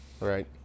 right